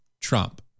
Trump